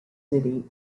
city